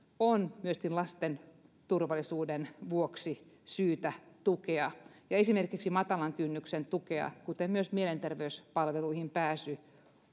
on lasten turvallisuuden vuoksi syytä tukea ja esimerkiksi matalan kynnyksen tukeen kuten myös mielenterveyspalveluihin pääsyyn